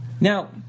Now